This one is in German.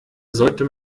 sollte